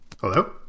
Hello